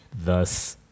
Thus